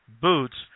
boots